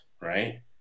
right